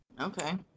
Okay